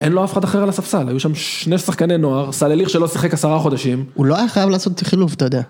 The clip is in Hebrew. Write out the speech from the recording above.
אין לו אף אחד אחר על הספסל, היו שם שני שחקני נוער, סליליך שלא שיחק עשרה חודשים. הוא לא היה חייב לעשות את החילוף, אתה יודע.